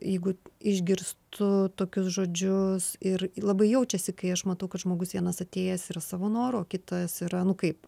jeigu išgirstu tokius žodžius ir labai jaučiasi kai aš matau kad žmogus vienas atėjęs yra savo noru o kitas yra nu kaip